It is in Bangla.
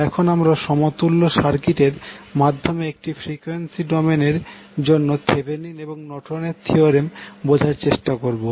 এখন আমরা সমতুল্য সার্কিটের মাধ্যমে একটি ফ্রিকোয়েন্সি ডোমেনের জন্য থেভেনিন এবং নর্টনের থিওরেম বোঝার চেষ্টা করবো